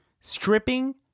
stripping